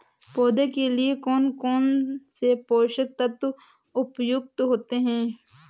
पौधे के लिए कौन कौन से पोषक तत्व उपयुक्त होते हैं?